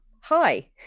hi